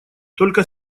только